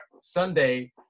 Sunday